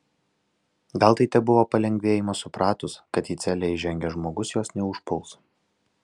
gal tai tebuvo palengvėjimas supratus kad į celę įžengęs žmogus jos neužpuls